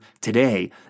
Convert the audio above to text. today